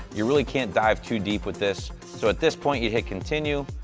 you really can't dive too deep with this. so at this point, you hit continue,